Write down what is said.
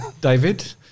David